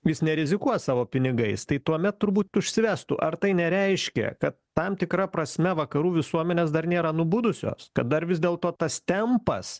vis nerizikuos savo pinigais tai tuomet turbūt užsivestų ar tai nereiškia kad tam tikra prasme vakarų visuomenės dar nėra nubudusios kad dar vis dėlto tas tempas